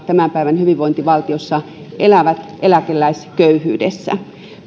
tämän päivän hyvinvointivaltiossa elää eläkeläisköyhyydessä